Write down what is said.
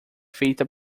feita